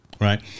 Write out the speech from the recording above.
Right